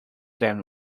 them